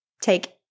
take